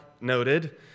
noted